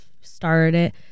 started